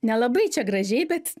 nelabai čia gražiai bet